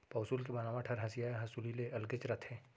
पौंसुल के बनावट हर हँसिया या हँसूली ले अलगेच रथे